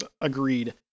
Agreed